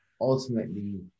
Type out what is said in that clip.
ultimately